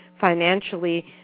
financially